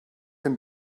him